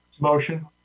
Motion